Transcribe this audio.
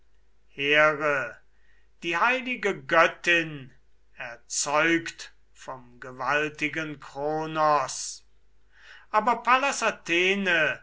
here die heilige göttin erzeugt vom gewaltigen kronos aber pallas athene